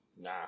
Nah